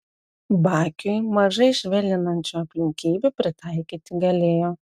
bakiui mažai švelninančių aplinkybių pritaikyti galėjo